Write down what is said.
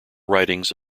writings